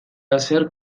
hacer